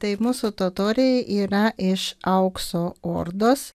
tai mūsų totoriai yra iš aukso ordos